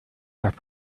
have